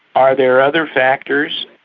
are there other factors?